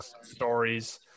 stories